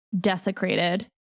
desecrated